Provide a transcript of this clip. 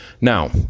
Now